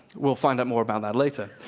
we'll find out more about that later.